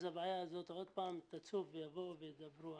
אז הבעיה הזאת עוד פעם תצוף ויבואו וידברו.